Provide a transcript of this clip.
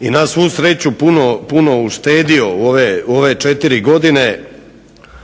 i na svu sreću puno uštedio u ove četiri godine